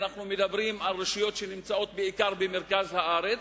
ואנחנו מדברים על רשויות שנמצאות בעיקר במרכז הארץ,